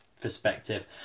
perspective